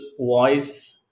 voice